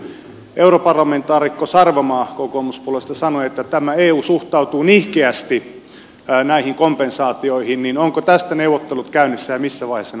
kun europarlamentaarikko sarvamaa kokoomuspuolueesta sanoi että eu suhtautuu nihkeästi näihin kompensaatioihin niin onko tästä neuvottelut käynnissä ja missä vaiheessa ne ovat menossa